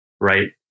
right